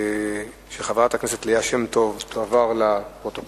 של חברת הכנסת ליה שמטוב, תועבר לפרוטוקול.